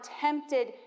tempted